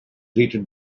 greeted